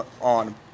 on